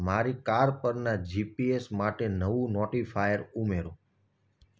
મારી કાર પરના જીપીએસ માટે નવું નોટિફાયર ઉમેરો